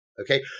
Okay